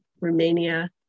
Romania